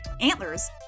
Antlers